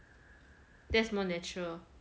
that's more natural